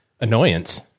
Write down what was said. annoyance